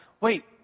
wait